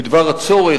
בעניין הצורך,